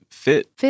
Fit